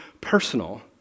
personal